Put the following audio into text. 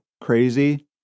crazy